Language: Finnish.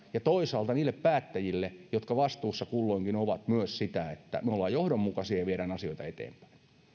ja toisaalta niille päättäjille jotka vastuussa kulloinkin ovat myös sitä että me olemme johdonmukaisia ja viemme asioita eteenpäin